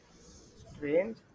Strange